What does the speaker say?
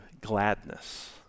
gladness